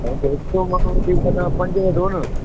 ऐं त हिकु माण्हू वधीक तव्हां पंज वठो न